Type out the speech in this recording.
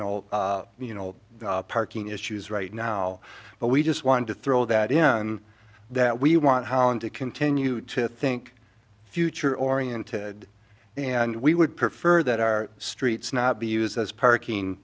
know all you know parking issues right now but we just wanted to throw that in that we want holland to continue to think future oriented and we would prefer that our streets not be used as parking